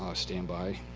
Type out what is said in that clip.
standby.